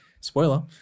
Spoiler